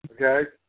okay